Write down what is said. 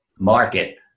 market